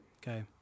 Okay